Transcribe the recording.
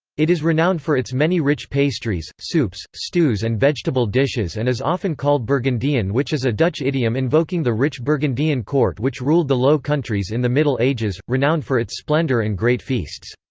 it is renowned for its many rich pastries, soups, stews and vegetable dishes and is often called burgundian which is a dutch idiom invoking the rich burgundian court which ruled the low countries in the middle ages, renowned for its splendor and great feasts.